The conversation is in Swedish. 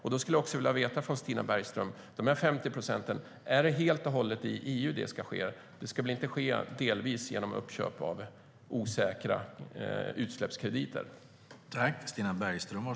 Därför skulle jag vilja fråga Stina Bergström om de 50 procenten helt och hållet ska minskas i EU, för det ska väl inte delvis ske genom uppköp av osäkra utsläppskrediter?